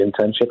internships